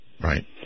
Right